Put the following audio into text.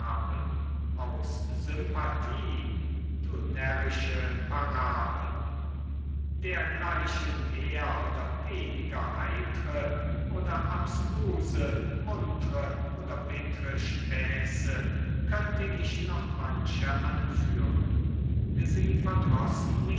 aus sympathie du närrische parabel dergleichen mehr oder weniger heitre oder abstruse muntre oder bittre späße könnte ich noch manche anführen sie verdrossen